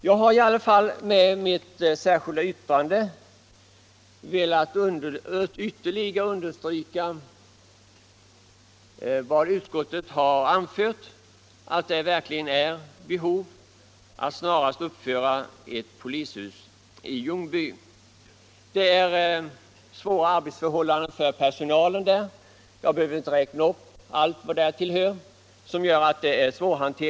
Jag har i alla fall med mitt särskilda yttrande velat ytterligare understryka utskottets uttalande att det verkligen är behov av att snarast uppföra ett polishus i Ljungby. Polispersonalen arbetar där under svåra förhållanden. Jag behöver nu inte räkna upp alla omständigheter som gör att arbetet där blir tungrott.